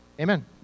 Amen